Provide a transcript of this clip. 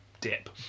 dip